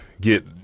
get